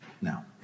Now